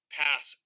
pass